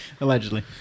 Allegedly